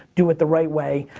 do it the right way.